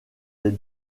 des